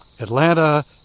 Atlanta